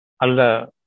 Allah